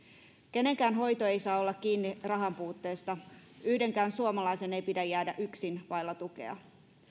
kenenkään hoito ei saa olla kiinni rahanpuutteesta yhdenkään suomalaisen ei pidä jäädä yksin vailla tukea